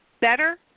better